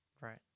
Right